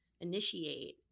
initiate